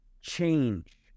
change